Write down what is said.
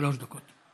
שלוש דקות.